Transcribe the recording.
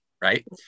right